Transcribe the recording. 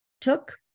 took